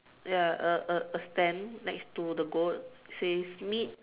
ya a a a stand next to the goat says meet